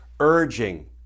urging